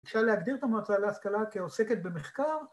‫אפשר להגדיר את המועצה להשכלה ‫כעוסקת במחקר.